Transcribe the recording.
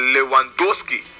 Lewandowski